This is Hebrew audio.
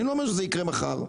אני לא אומר שזה יקרה מחר,